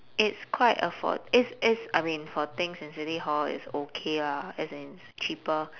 it's quite afford~ it's it's I mean for things in city hall it's okay lah as in it's cheaper